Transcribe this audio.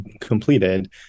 completed